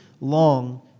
long